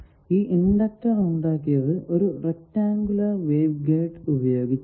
ഈ ഇണ്ടക്ടർ ഉണ്ടാക്കിയത് ഒരു റെക്ടാങ്കുലർ വേവ് ഗൈഡ് ഉപയോഗിച്ചാണ്